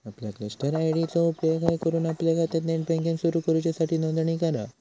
आपल्या cluster ID चो उपेग हय करून आपल्या खात्यात नेट बँकिंग सुरू करूच्यासाठी नोंदणी करा